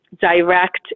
Direct